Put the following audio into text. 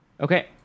okay